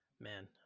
man